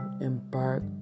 embark